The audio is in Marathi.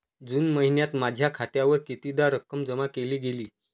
जून महिन्यात माझ्या खात्यावर कितीदा रक्कम जमा केली गेली?